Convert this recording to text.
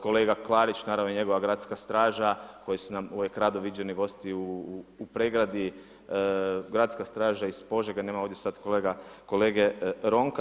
Kolega Klarić naravno i njegova Gradska straža koji su nam uvijek rado viđeni gosti u Pregradi, Gradska straža iz Požege, nema ovdje sad kolege Ronka.